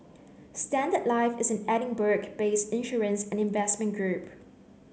Standard Life is an Edinburgh based insurance and investment group